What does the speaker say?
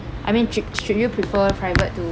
I mean sh~ should you prefer private to